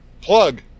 Plug